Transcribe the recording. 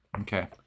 Okay